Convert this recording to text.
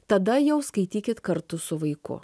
tada jau skaitykit kartu su vaiku